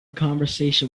conversation